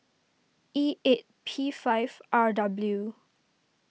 E eight P five R W